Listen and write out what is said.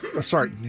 sorry